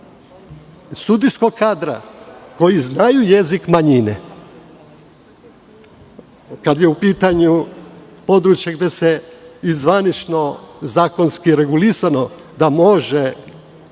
sudijskog kadra koji zna jezik manjina, kada je u pitanju područje gde se i zvanično, zakonski je regulisano da može